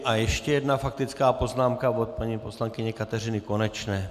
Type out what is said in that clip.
A ještě jedna faktická poznámka od paní poslankyně Kateřiny Konečné.